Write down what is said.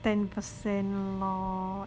ten percent lor